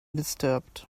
disturbed